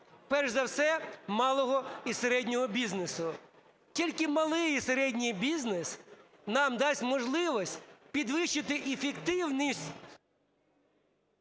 перш за все, малого і середнього бізнесу. Тільки малий і середній бізнес нам дасть можливість підвищити ефективність.